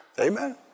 Amen